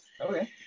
Okay